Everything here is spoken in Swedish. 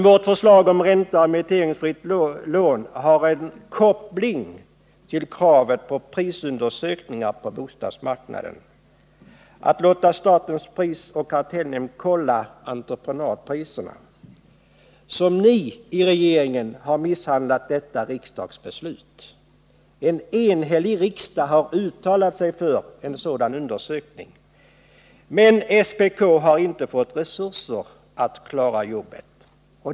Vårt förslag om ett ränteoch amorteringsfritt lån har en koppling till kravet på prisundersökningar på bostadsmarknaden: att låta statens prisoch kartellnämnd kolla entreprenadpriserna. Som ni i regeringen har misshandlat detta riksdagsbeslut! En enhällig riksdag har uttalat sig för en sådan undersökning, men SPK har inte fått resurser för att klara jobbet.